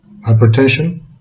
hypertension